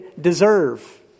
deserve